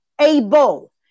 able